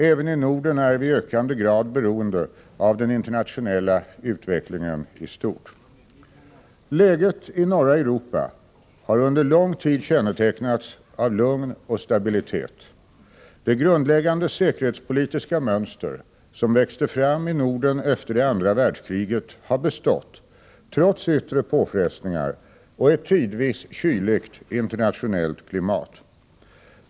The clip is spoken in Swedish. Även i Norden är vi i ökande grad beroende av den internationella utvecklingen i stort. Läget i norra Europa har under lång tid kännetecknats av lugn och stabilitet. Det grundläggande säkerhetspolitiska mönster som växte fram i Norden efter det andra världskriget har bestått, trots yttre påfrestningar och ett tidvis kyligt internationellt klimat.